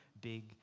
big